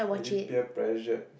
oh you peer pressured